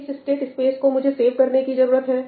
किस state space को मुझे सेव करने की जरूरत है